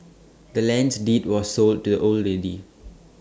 the land's deed was sold to the old lady